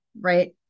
right